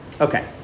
Okay